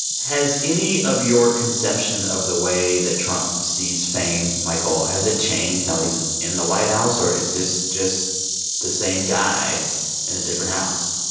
has any of your conception of the way that trump sees fame, michael has it changed now that he's in the white house? or is this just the same guy in a different house?